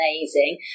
Amazing